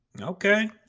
Okay